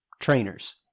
trainers